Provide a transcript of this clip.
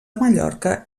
mallorca